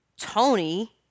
Tony